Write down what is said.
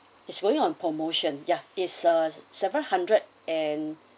it's going on promotion ya is uh seven hundred and